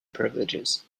privileges